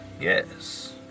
yes